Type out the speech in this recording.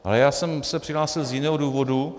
Ale já jsem se přihlásil z jiného důvodu.